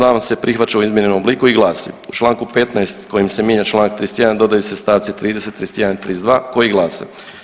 Amandman se prihvaća u izmijenjenom obliku i glasi: U Članku 15. kojim se mijenja Članak 31. dodaju se stavci 30., 31. i 32. koji glase.